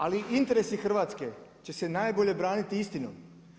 Ali interesi Hrvatske će se najbolje braniti istinom.